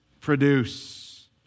produce